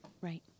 Right